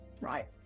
Right